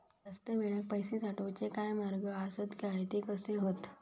जास्त वेळाक पैशे साठवूचे काय मार्ग आसत काय ते कसे हत?